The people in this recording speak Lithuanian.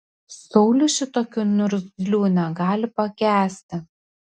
saulius šitokių niurgzlių negali pakęsti